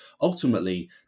ultimately